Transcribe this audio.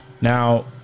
now